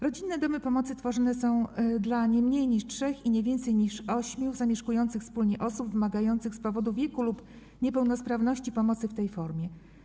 Rodzinne domy pomocy tworzone są dla nie mniej niż 3 i nie więcej niż 8 zamieszkujących wspólnie osób wymagających z powodu wieku lub niepełnosprawności pomocy w tej formie.